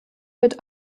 wird